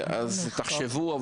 תחשבו,